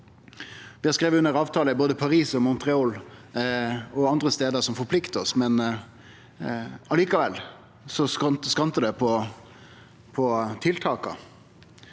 Vi har skrive under avtalar i både Paris og Montreal og andre stader som forpliktar oss, men likevel skortar det på tiltaka.